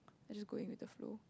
I just go in with the flow